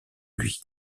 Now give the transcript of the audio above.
lui